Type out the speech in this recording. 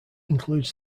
includes